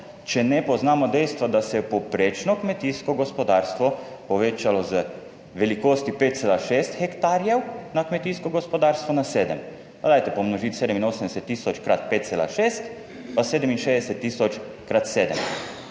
če ne poznamo dejstva, da se je povprečno kmetijsko gospodarstvo povečalo z velikosti 5,6 hektarjev na kmetijsko gospodarstvo, na 7. Pa dajte pomnožiti 87 tisoč krat 5,6 pa 67 tisoč krat 7,